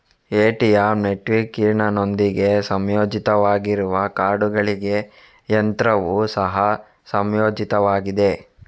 ATM ನೆಟ್ವರ್ಕಿನೊಂದಿಗೆ ಸಂಯೋಜಿತವಾಗಿರುವ ಕಾರ್ಡುಗಳಿಗೆ ಯಂತ್ರವು ಸಹ ಸಂಯೋಜಿತವಾಗಿದೆ